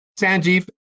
Sanjeev